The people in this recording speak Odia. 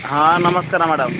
ହଁ ନମସ୍କାର ମ୍ୟାଡ଼ାମ୍